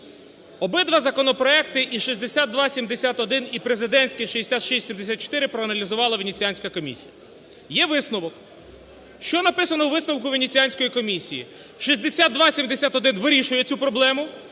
Обидва законопроекти – і 6271, і президентський 6674 – проаналізувала Венеціанська комісія. Є висновок. Що написано у висновку Венеціанської комісії? 6271 вирішує цю проблему,